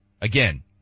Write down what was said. again